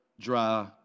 dry